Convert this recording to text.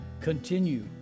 continue